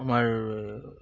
আমাৰ